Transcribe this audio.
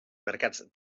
mercats